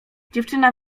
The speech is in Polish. dziewczyna